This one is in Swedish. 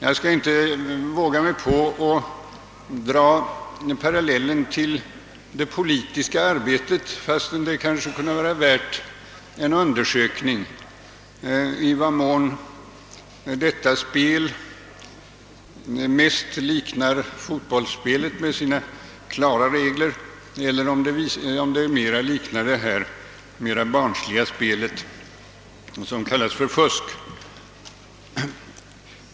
Jag skall inte våga mig på att dra parallellen till det politiska spelet, fastän det kanske kunde vara värt en undersökning i vad mån detta mest liknar fotbollspelet med dess klara reg ler eller om det mera liknar detta mer barnsliga spel som kallas för fusk.